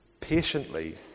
patiently